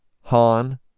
Han